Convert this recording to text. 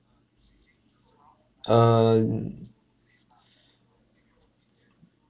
err